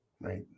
right